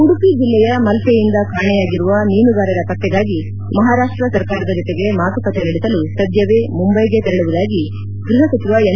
ಉಡುಪಿ ಜಿಲ್ಲೆಯ ಮಲ್ಲೆಯಿಂದ ಕಾಣೆಯಾಗಿರುವ ಮೀನುಗಾರರ ಪತ್ತೆಗಾಗಿ ಮಹಾರಾಷ್ಷ ಸರ್ಕಾರದ ಜೊತೆಗೆ ಮಾತುಕತೆ ನಡೆಸಲು ಸದ್ಯವೇ ಮುಂಬೈಗೆ ತೆರಳುವುದಾಗಿ ಗೃಪ ಸಚಿವ ಎಂ